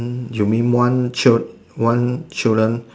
you mean one child one children